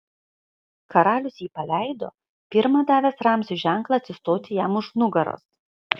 karalius jį paleido pirma davęs ramziui ženklą atsistoti jam už nugaros